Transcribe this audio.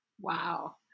Wow